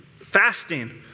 fasting